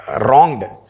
wronged